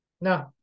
no